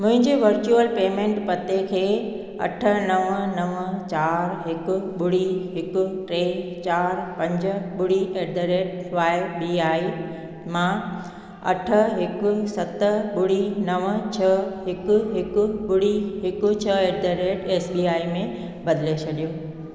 मुंहिंजे virtual payment पते खे अठ नवं नवं चार हिकु ॿुड़ी हिकु टे चार पंज ॿुड़ी at the rate Y B I मां अठ हिकु सत ॿुड़ी नवं छ्ह हिकु हिकु ॿुड़ी हिकु छ्ह at the rate S B I में बदिले छॾियो